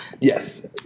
Yes